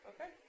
Okay